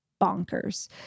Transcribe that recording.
bonkers